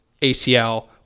ACL